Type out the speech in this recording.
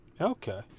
okay